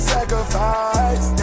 Sacrifice